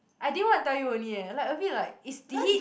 I didn't want to tell you only leh like a bit like it's did he